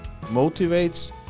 motivates